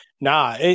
Nah